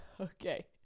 Okay